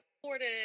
supportive